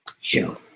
Show